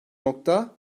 nokta